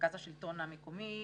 ממרכז השלטון המקומי.